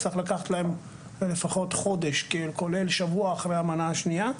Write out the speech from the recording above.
צריך לקחת להם לפחות חודש כולל שבוע אחרי המנה השנייה.